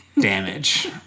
damage